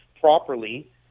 properly